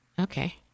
Okay